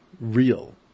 real